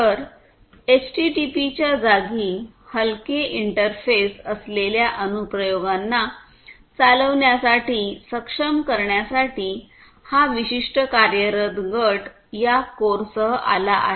तर एचटीटीपीच्या जागी हलके इंटरफेस असलेल्या अनुप्रयोगांना चालविण्यासाठी सक्षम करण्यासाठी हा विशिष्ट कार्यरत गट या कोरसह आला आहे